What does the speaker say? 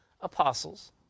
apostles